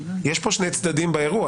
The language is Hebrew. יש כאן שני צדדים באירוע.